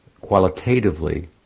qualitatively